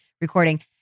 recording